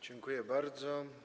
Dziękuję bardzo.